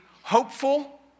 hopeful